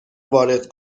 وارد